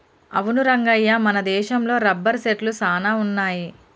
అవును రంగయ్య మన దేశంలో రబ్బరు సెట్లు సాన వున్నాయి